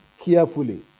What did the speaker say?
carefully